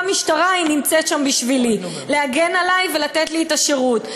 משטרה היא נמצאת שם בשבילי להגן עלי ולתת לי את השירות?